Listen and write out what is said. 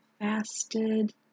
fasted